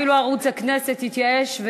אפילו ערוץ הכנסת התייאש,